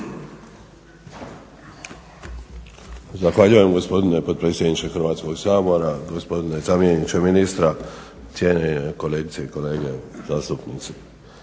Zahvaljujem gospodine potpredsjedniče Hrvatskog sabora. Gospodine zamjeniče ministra, cijenjene kolegice i kolege.